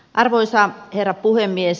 arvoisa herra puhemies